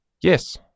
Yes